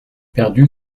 perdu